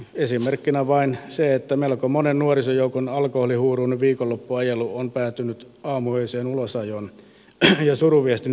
esimerkkinä vain että melko monen nuorisojoukon alkoholihuuruinen viikonloppuajelu on päätynyt aamuöiseen ulosajoon ja suruviestin viemiseen omaisille